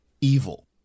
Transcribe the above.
evil